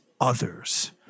others